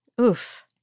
Oof